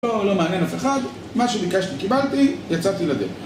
לא, לא מעניין אף אחד, מה שביקשתי - קיבלתי, יצאתי לדרך